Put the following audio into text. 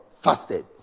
fasted